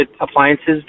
appliances